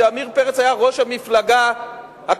כשעמיר פרץ היה ראש המפלגה הקואליציונית